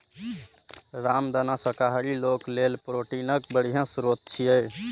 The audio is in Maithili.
रामदाना शाकाहारी लोक लेल प्रोटीनक बढ़िया स्रोत छियै